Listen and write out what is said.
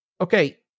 okay